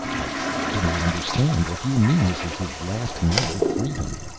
i do not understand. what do you mean this is his last night of freedom?